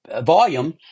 volume